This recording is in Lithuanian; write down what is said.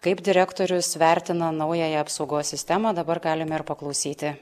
kaip direktorius vertina naująją apsaugos sistemą dabar galime ir paklausyti